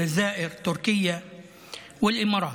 (אומר בערבית: אלג'יריה,)